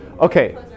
Okay